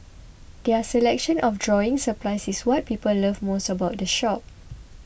their selection of drawing supplies is what people love most about the shop